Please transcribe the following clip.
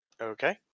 Okay